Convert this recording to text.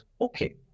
okay